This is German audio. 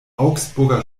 augsburger